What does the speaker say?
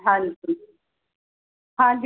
ਹਾਂਜੀ ਹਾਂਜੀ